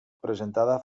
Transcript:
presentada